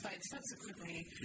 subsequently